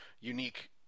unique